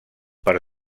per